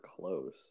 close